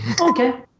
Okay